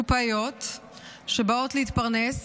קופאיות שבאות להתפרנס,